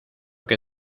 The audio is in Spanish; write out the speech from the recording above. que